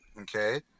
okay